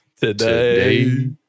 Today